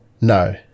No